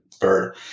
bird